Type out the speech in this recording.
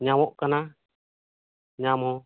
ᱧᱟᱢᱚᱜ ᱠᱟᱱᱟ ᱧᱟᱢ ᱦᱚᱸ